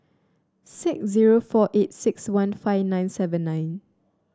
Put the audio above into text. six zero four eight six one five nine seven nine